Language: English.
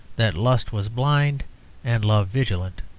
that lust was blind and love vigilant,